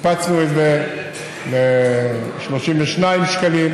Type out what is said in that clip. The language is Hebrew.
הקפצנו את זה ל-32 שקלים,